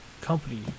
company